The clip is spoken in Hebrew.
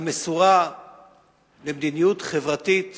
המסורה למדיניות חברתית